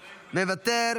מוותר.